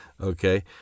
Okay